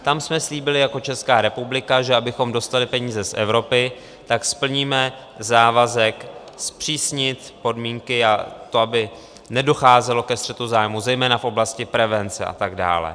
Tam jsme slíbili jako Česká republika, že abychom dostali peníze z Evropy, tak splníme závazek zpřísnit podmínky a to, aby nedocházelo ke střetu zájmů zejména v oblasti prevence a tak dále.